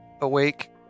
awake